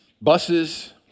buses